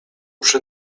przy